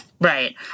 Right